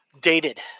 dated